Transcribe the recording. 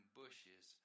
bushes